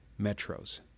metros